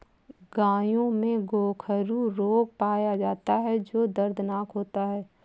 गायों में गोखरू रोग पाया जाता है जो दर्दनाक होता है